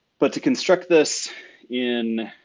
but to construct this in,